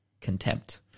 contempt